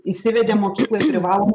įsivedėm mokykloj privalomo